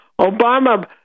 Obama